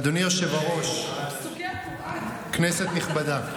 (הוראת שעה, חרבות ברזל),